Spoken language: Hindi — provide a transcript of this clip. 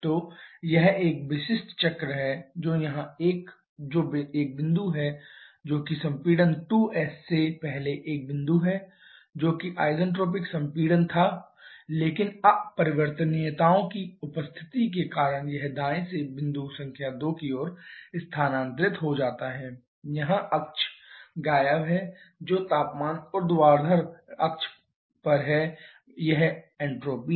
तो यह एक विशिष्ट चक्र है जो यहां 1 जो एक बिंदु है जो कि संपीड़न 2s से पहले एक बिंदु है जो कि आइसेंट्रोपिक संपीड़न था लेकिन अपरिवर्तनीयताओं की उपस्थिति के कारण यह दाएं से बिंदु संख्या 2 की ओर स्थानांतरित हो जाता है यहां अक्ष गायब हैं जो तापमान ऊर्ध्वाधर अक्ष यह एन्ट्रापी है